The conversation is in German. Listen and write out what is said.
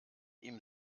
ihm